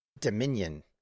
dominion